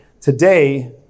Today